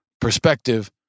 perspective